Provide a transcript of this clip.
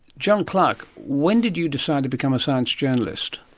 john clarke, when did you decide to become a science journalist?